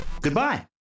Goodbye